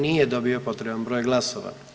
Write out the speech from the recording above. Nije dobio potreban broj glasova.